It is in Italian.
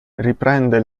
riprende